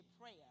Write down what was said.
prayer